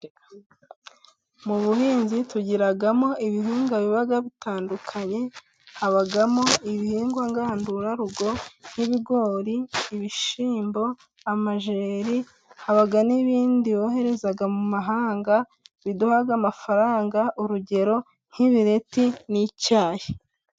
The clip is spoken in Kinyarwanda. Mu buhinzi tugiramo ibihingwa biba bitandukanye habamo ibihingwa ngandurarugo nk'ibigori, ibishyimbo, amajereri haba n'ibindi bohereza mu mahanga biduha amafaranga urugero: nk'ibireti n'icyayi.